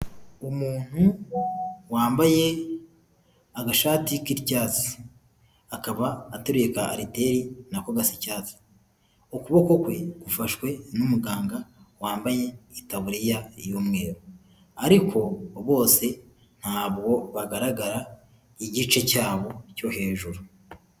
Umuntu wambaye agashati k'icyatsi, akaba ateruye ka ariteri nako gasa icyatsi, ukuboko kwe gufashwe n'umuganga wambaye itaburiya y'umweru, ariko bose ntabwo bagaragara igice cyabo cyo hejuru.